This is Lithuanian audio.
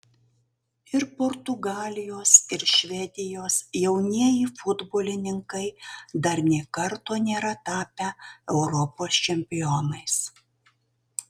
ir portugalijos ir švedijos jaunieji futbolininkai dar nė karto nėra tapę europos čempionais